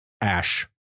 Ash